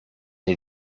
est